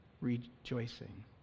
rejoicing